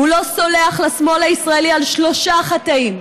הוא לא סולח לשמאל הישראלי על שלושה חטאים: